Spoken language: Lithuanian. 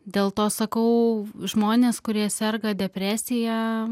dėl to sakau žmonės kurie serga depresija